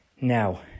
Now